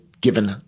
given